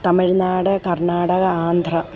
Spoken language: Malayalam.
തമിഴ്നാട് കർണാടക ആന്ധ്ര